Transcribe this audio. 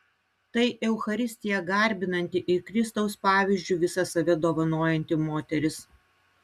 tai eucharistiją garbinanti ir kristaus pavyzdžiu visą save dovanojanti moteris